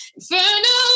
Inferno